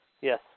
Yes